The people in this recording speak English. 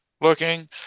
looking